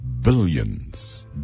billions